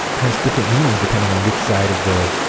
has different meanings depending on which side of the.